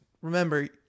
remember